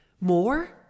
more